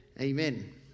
Amen